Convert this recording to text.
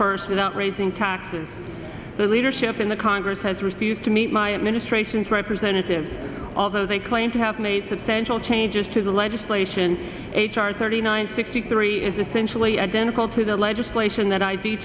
first without raising taxes the leadership in the congress has refused to meet my administration's representative although they claim to have made substantial changes to the legislation h r thirty nine sixty three is essentially identical to the legislation that id